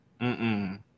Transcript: mm-mm